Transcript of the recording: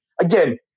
again